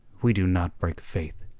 we do not break faith,